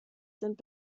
sind